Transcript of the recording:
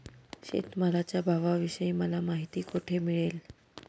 शेतमालाच्या भावाविषयी मला माहिती कोठे मिळेल?